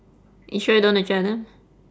you sure you don't wanna check with them